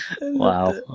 Wow